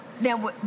Now